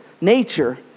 nature